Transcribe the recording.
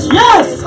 yes